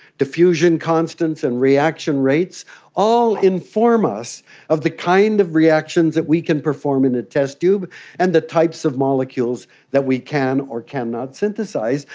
diffusion constants and reaction rates all inform us of the kind of reactions that we can perform in a test tube and the types of molecules that we can or cannot synthesise,